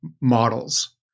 models